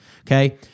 okay